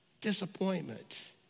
Disappointment